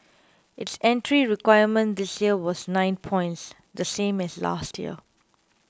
its entry requirement this year was nine points the same as last year